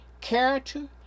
character